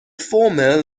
former